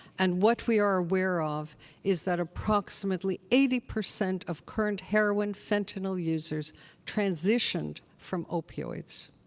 and what we are aware of is that approximately eighty percent of current heroin fentanyl users transitioned from opioids.